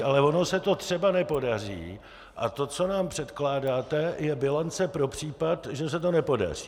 Ale ono se to třeba nepodaří a to, co nám předkládáte, je bilance pro případ, že se to nepodaří.